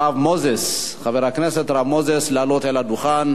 הרב מוזס, חבר הכנסת הרב מוזס, לעלות אל הדוכן.